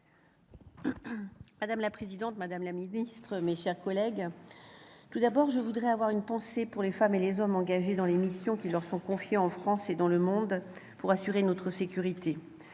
madame la ministre, madame la secrétaire d'État, mes chers collègues, je voudrais tout d'abord avoir une pensée pour les femmes et les hommes engagés dans les missions qui leur sont confiées en France et dans le monde pour assurer notre sécurité,